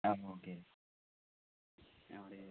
ആ ഓക്കെ അവിടെ